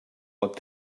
pot